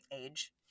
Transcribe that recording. age